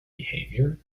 behaviour